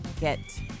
get